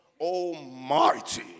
Almighty